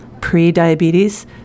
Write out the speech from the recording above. pre-diabetes